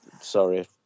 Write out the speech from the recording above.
sorry